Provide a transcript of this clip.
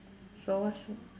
so what's